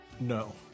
No